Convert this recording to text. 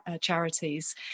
charities